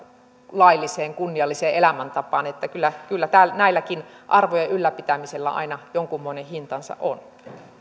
lailliseen kunnialliseen elämäntapaan kyllä kyllä näidenkin arvojen ylläpitämisellä aina jonkunmoinen hintansa on keskustelu